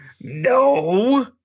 No